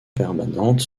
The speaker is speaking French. permanente